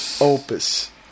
opus